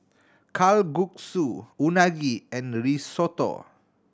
Kalguksu Unagi and Risotto